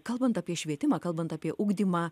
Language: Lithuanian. kalbant apie švietimą kalbant apie ugdymą